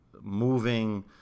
moving